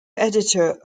editor